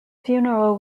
funeral